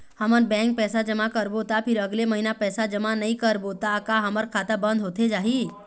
हमन बैंक पैसा जमा करबो ता फिर अगले महीना पैसा जमा नई करबो ता का हमर खाता बंद होथे जाही?